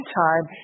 time